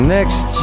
Next